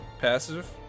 passive